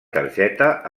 targeta